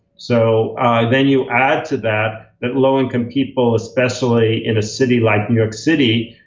so then you add to that that low-income people, especially in a city like new york city,